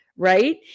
right